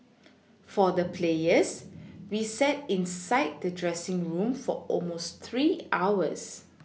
for the players we sat inside the dressing room for almost three hours